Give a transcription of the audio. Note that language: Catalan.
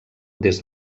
des